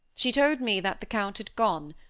she told me that the count had gone,